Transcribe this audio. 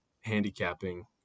handicapping